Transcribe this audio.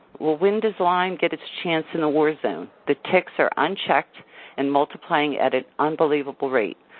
well, when does lyme get its chance in the war zone? the ticks are unchecked and multiplying at an unbelievable rate.